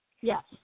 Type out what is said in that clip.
Yes